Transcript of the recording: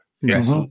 Yes